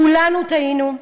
כולנו טעינו,